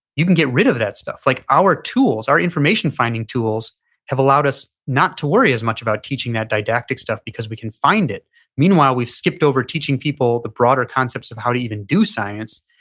you can get rid of that stuff. like our tools, our information finding tools have allowed us not to worry as much about teaching that didactic stuff because we can find it meanwhile, we've skipped over teaching people the broader concepts of how to even do science,